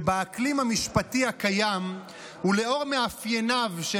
שבאקלים המשפטי הקיים ולאור מאפייניו של